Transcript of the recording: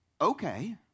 okay